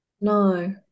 No